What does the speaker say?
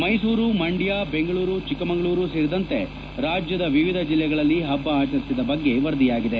ಮೈಸೂರು ಮಂಡ್ಯ ದೆಂಗಳೂರು ಚಿಕ್ಕಮಗಳೂರು ಸೇರಿದಂತೆ ರಾಜ್ಯದ ವಿವಿಧ ಜಿಲ್ಲೆಗಳಲ್ಲಿ ಹಬ್ಬ ಆಚರಿಸಿದ ವರದಿಯಾಗಿದೆ